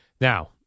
Now